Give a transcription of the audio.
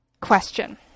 question